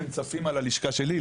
הם צפים על הלשכה שלי,